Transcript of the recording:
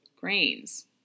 grains